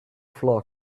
flock